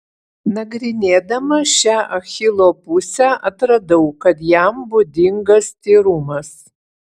nagrinėdama šią achilo pusę atradau kad jam būdingas tyrumas